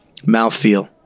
Mouthfeel